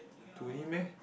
to him meh